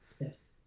Yes